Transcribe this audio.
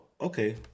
okay